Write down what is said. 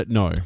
no